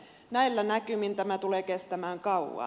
näillä näkymin tämä tulee kestämään kauan